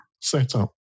setup